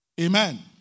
Amen